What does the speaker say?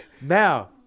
Now